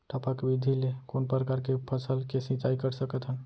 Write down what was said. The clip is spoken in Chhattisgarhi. टपक विधि ले कोन परकार के फसल के सिंचाई कर सकत हन?